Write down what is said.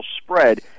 spread